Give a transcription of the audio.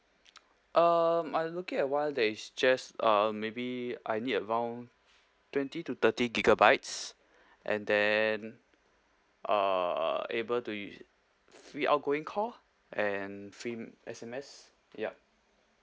um I'm looking at one that is just uh maybe I need around twenty to thirty gigabytes and then uh able to free outgoing call and free S_M_S yup